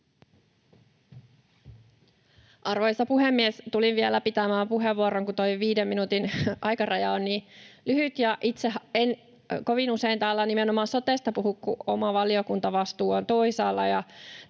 Arvoisa puhemies! Tulin vielä pitämään puheenvuoron, kun tuo viiden minuutin aikaraja on niin lyhyt ja itse en kovin usein täällä nimenomaan sotesta puhu, kun oma valiokuntavastuu on toisaalla.